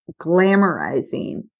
glamorizing